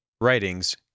Writings